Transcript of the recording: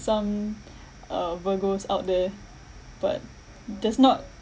some uh virgos out there but does not